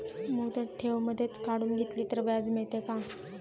मुदत ठेव मधेच काढून घेतली तर व्याज मिळते का?